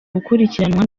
gukurikiranwa